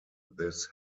this